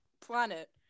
planet